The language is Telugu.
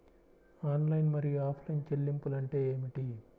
ఆన్లైన్ మరియు ఆఫ్లైన్ చెల్లింపులు అంటే ఏమిటి?